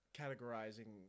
categorizing